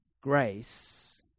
grace